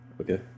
Okay